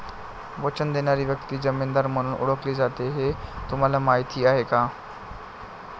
वचन देणारी व्यक्ती जामीनदार म्हणून ओळखली जाते हे तुम्हाला माहीत आहे का?